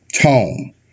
tone